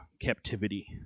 captivity